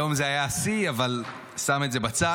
היום זה היה השיא, אבל שם את זה בצד.